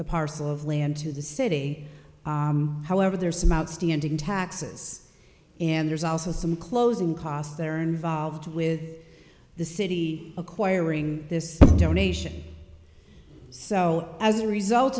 the parcel of land to the city however there are some outstanding taxes and there's also some closing costs that are involved with the city acquiring this donation so as a result